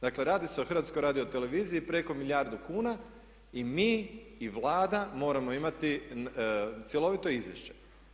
Dakle, radi se o HRT preko milijardu kuna i mi i Vlada moramo imati cjelovito izvješće.